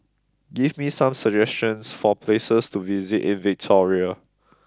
give me some suggestions for places to visit in Victoria